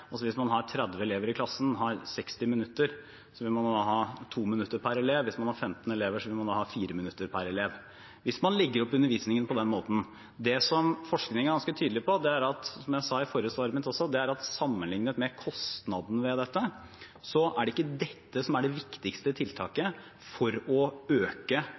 altså hvis man har 30 elever i klassen og har 60 minutter, vil man ha 2 minutter per elev, hvis man har15 elever, vil man ha 4 minutter per elev – hvis man legger opp undervisningen på den måten. Forskningen er ganske tydelig på – som jeg også sa i det forrige svaret mitt – at sammenlignet med kostnaden ved dette er ikke dette det viktigste tiltaket for å øke